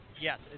Yes